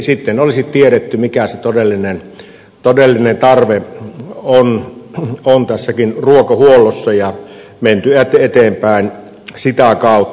sitten olisi tiedetty mikä se todellinen tarve on tässä ruokahuollossakin ja menty eteenpäin sitä kautta